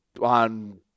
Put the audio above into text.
on